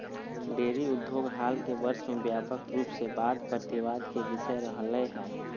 dairy उद्योग हाल के वर्ष में व्यापक रूप से वाद प्रतिवाद के विषय रहलय हें